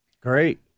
Great